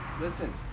listen